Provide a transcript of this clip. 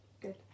Good